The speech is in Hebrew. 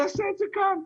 הוא יעשה את זה כאן.